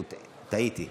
טעיתי,